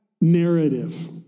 narrative